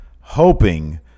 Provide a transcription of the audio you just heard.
hoping